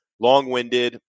long-winded